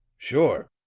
sure,